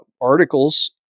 articles